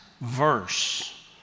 verse